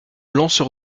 lanceur